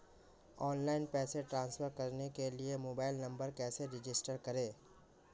Online पैसे transfer करने के लिए मोबाइल नंबर कैसे रजिस्टर करें?